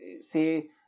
Say